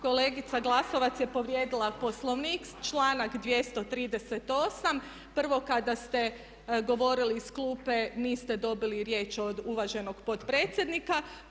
Kolegica Glasovac je povrijedila Poslovnik, članak 238., prvo kada ste govorili iz klupe niste dobili riječ od uvaženog potpredsjednika.